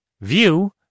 View